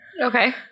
Okay